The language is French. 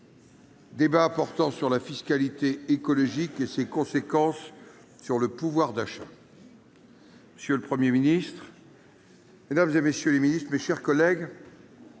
portant sur la fiscalité écologique et ses conséquences sur le pouvoir d'achat. Monsieur le Premier ministre, mesdames, messieurs les ministres, mes chers collègues,